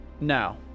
now